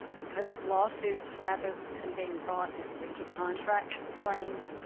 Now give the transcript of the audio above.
because the lawsuits, rather than being brought as breach of contract claims,